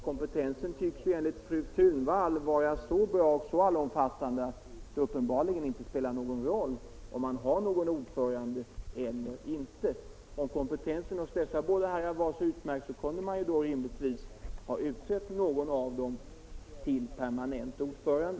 Kompetensen tycks enligt fru Thunvall vara så bra och allomfattande att det uppenbarligen inte spelar någon roll om man har en ordförande eller inte. Men om kompetensen hos dessa båda herrar var så utmärkt, kunde man rimligtvis ha utsett någon av dem till permanent ordförande.